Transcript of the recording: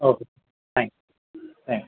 okay sir thank thank